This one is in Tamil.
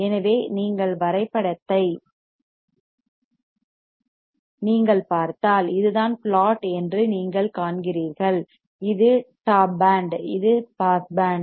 எனவே நீங்கள் வரைபடத்தை நீங்கள் பார்த்தால் இதுதான் பிளாட் என்று நீங்கள் காண்கிறீர்கள் இது டாப் பேண்ட் இது பாஸ் பேண்ட்